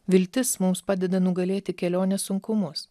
viltis mums padeda nugalėti kelionės sunkumus